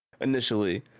initially